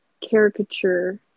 caricature